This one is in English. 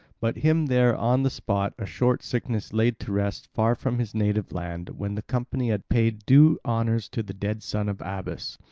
but him there on the spot a short sickness laid to rest far from his native land, when the company had paid due honours to the dead son of abas.